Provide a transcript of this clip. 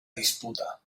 disputa